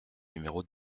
numéro